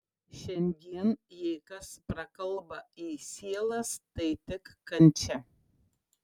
šiandien jei kas prakalba į sielas tai tik kančia